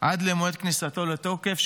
עד למועד כניסתו לתוקף,